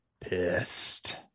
pissed